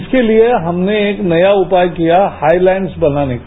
इसके लिए हमने एक नया उपाय किया हाईलाइन्स बनाने का